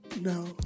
No